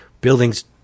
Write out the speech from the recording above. buildings